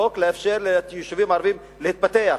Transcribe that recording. במקום חוק לאפשר לתושבים ערבים להתפתח.